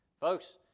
Folks